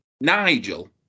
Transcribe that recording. Nigel